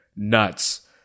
nuts